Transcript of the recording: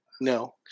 no